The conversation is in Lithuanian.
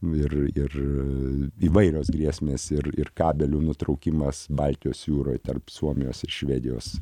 ir ir įvairios grėsmės ir ir kabelių nutraukimas baltijos jūroj tarp suomijos ir švedijos